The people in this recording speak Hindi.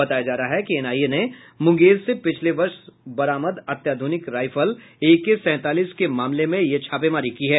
बताया जा रहा है कि एनआईए ने मुंगेर से पिछले वर्ष बरामद अत्याध्रनिक राइफल एके सैंतालीस के मामले में ये छापेमारी की है